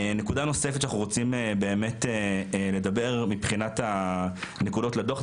נקודה נוספת שאנחנו רוצים לדבר עליה מבחינת נקודות לדוח,